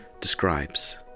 describes